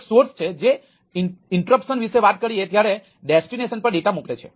એક ઇન્ટરપ્શન પર ડેટા મોકલે છે